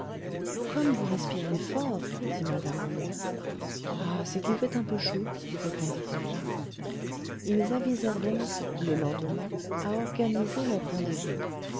comme vous respirez fort dit madame homais ah c'est qu'il fait un peu chaud répondit-elle ils avisèrent donc le lendemain à organiser leurs rendez-vous